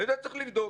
ואת זה צריך לבדוק.